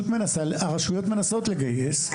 הרשויות מנסות לגייס.